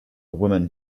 woman